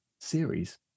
Series